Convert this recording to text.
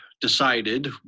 decided